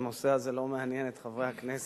הנושא הזה לא מעניין את חברי הכנסת.